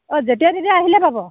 অ' যেতিয়াই তেতিয়াই আহিলেই পাব